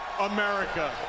America